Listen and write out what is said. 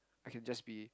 I can just be